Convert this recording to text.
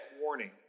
warning